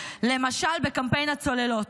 למשל בקמפיין הצוללות,